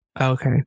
Okay